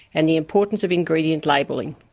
and the importance of ingredient labelling,